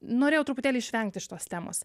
norėjau truputėlį išvengti šitos temos